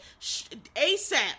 ASAP